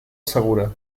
segura